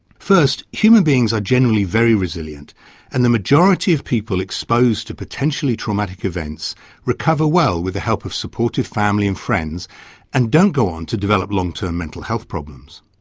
first, human beings are generally very resilient and the majority of people exposed to potentially traumatic events recover well with the help of supportive family and friends friends and don't go on to develop long term mental health problems.